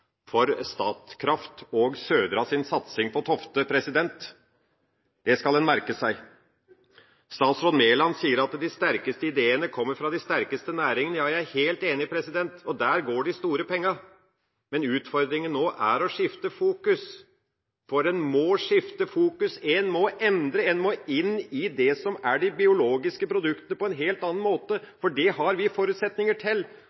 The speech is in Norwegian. for Statkraft og Södras satsing på Tofte. Det skal en merke seg. Statsråd Mæland sier at de sterkeste ideene kommer fra de sterkeste næringene. Ja, jeg er helt enig, og der går de store pengene. Men utfordringen nå er å skifte fokus, for en må skifte fokus, en må endre, en må inn i det som er de biologiske produktene på en helt annen